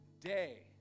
day